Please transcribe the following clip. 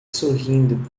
sorrindo